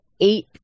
eight